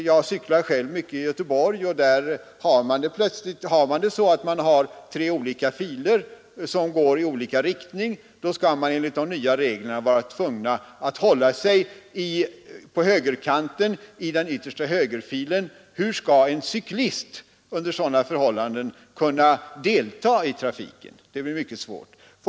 Jag cyklar själv mycket i Göteborg. Där finns t.ex. trafikseparering med tre olika filer som leder i olika riktningar, och enligt de nya reglerna skall man vara tvungen att hålla sig på högerkanten i den innersta högerfilen. Hur skall en cyklist under sådana förhållanden kunna delta i trafiken? Det blir mycket svårt.